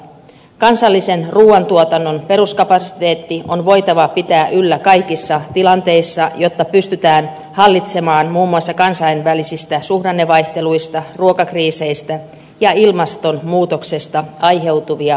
kansallisen ruuantuotannon peruskapasiteetti on voitava pitää yllä kaikissa tilanteissa jotta pystytään hallitsemaan muun muassa kansainvälisistä suhdannevaihteluista ruokakriiseistä ja ilmastonmuutoksesta aiheutuvia riskejä